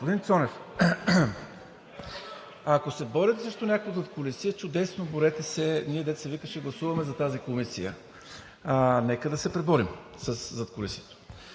Господин Цонев, ако се борите срещу някакво задкулисие – чудесно! Борете се! Ние, дето се вика, ще гласуваме за тази комисия. Нека да се преборим със задкулисието,